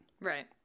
Right